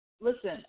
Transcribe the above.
listen